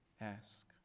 ask